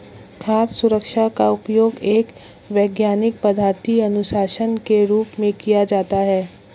खाद्य सुरक्षा का उपयोग एक वैज्ञानिक पद्धति अनुशासन के रूप में किया जाता है